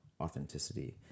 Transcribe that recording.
authenticity